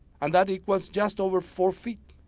and that equals just over four feet.